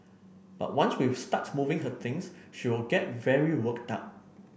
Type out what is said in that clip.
but once we start moving her things she will get very work down